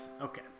Okay